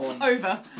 Over